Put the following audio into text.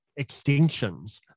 extinctions